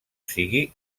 sigui